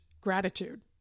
gratitude